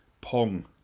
Pong